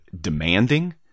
demanding